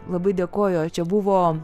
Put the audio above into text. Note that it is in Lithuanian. labai dėkojo čia buvo